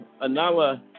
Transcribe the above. Anala